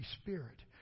Spirit